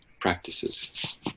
practices